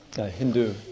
Hindu